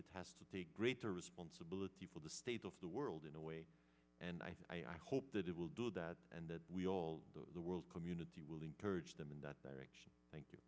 it has to take greater responsibility for the state of the world in a way and i hope that it will do that and that we all the world community will encourage them in that direction thank you